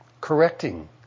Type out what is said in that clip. Correcting